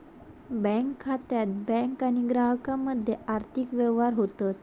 bank खात्यात bank आणि ग्राहकामध्ये आर्थिक व्यवहार होतत